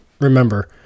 remember